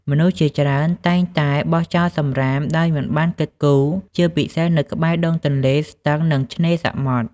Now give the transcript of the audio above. មនុស្សជាច្រើនតែងតែបោះចោលសំរាមដោយមិនបានគិតគូរ ជាពិសេសនៅក្បែរដងទន្លេ ស្ទឹង និងឆ្នេរសមុទ្រ។